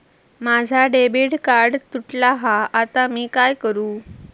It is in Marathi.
माझा डेबिट कार्ड तुटला हा आता मी काय करू?